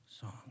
song